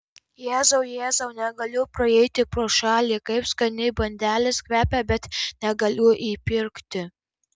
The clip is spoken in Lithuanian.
jėzau jėzau negaliu praeiti pro šalį kaip skaniai bandelės kvepia bet negaliu įpirkti